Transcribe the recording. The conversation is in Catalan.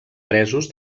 presos